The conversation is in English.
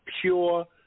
pure